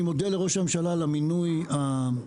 אני מודה לראש הממשלה על המינוי הנדיר,